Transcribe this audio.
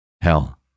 Hell